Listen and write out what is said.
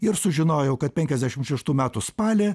ir sužinojau kad penkiasdešim šeštų metų spalį